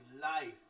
life